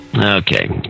Okay